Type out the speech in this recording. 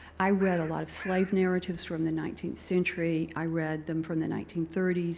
i read a lot of slave narratives from the nineteenth century. i read them from the nineteen thirty s.